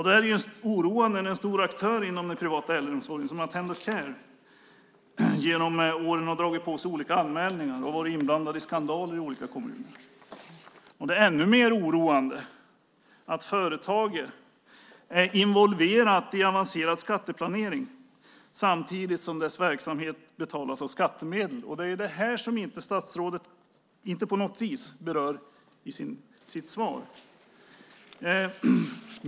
Det är oroande att en stor aktör inom den privata äldreomsorgen, Attendo Care, genom åren har dragit på sig anmälningar och har varit inblandad i skandaler i olika kommuner. Det är ännu mer oroande att företaget är involverat i avancerad skatteplanering samtidigt som dess verksamhet betalas av skattemedel. Det är det som statsrådet inte på något sätt berör i sitt svar.